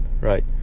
right